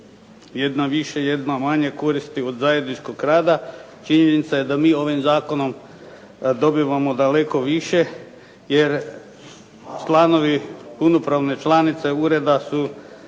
jedna više, jedna manje koristi od zajedničkog rada. Činjenica je da mi ovim zakonom dobivamo daleko više jer članovi punopravne članice ureda su